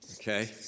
Okay